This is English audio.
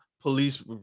Police